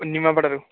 ନିମାପଡ଼ାରୁ